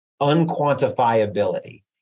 unquantifiability